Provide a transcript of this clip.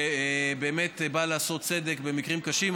שבאמת בא לעשות צדק במקרים קשים,